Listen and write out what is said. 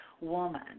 woman